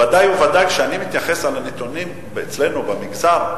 בוודאי ובוודאי כשאני מתייחס לנתונים אצלנו במגזר.